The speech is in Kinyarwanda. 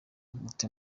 mute